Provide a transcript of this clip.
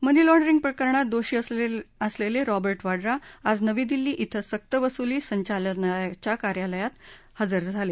मनी laundering प्रकरणात दोषी असलेले रॉबर्ट वड्रा आज नवी दिल्ली इथं सक्तवसुली संचालनालयाच्या कार्यालयात हजर झाले